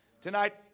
Tonight